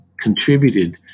contributed